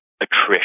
attrition